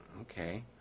okay